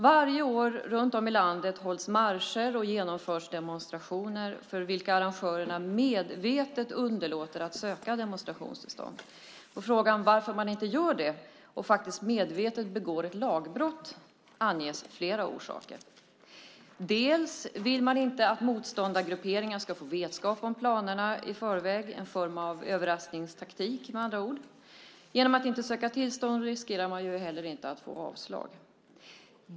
Varje år runt om i landet hålls marscher och genomförs demonstrationer för vilka arrangörerna medvetet underlåter att söka demonstrationstillstånd. Som svar på frågan varför man inte gör det och faktiskt medvetet begår ett lagbrott anges flera orsaker. Bland annat vill man inte att motståndargrupperingar ska få vetskap om planerna i förväg. Det är en form av överraskningstaktik med andra ord. Genom att inte söka tillstånd riskerar man heller inte att få avslag.